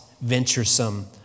venturesome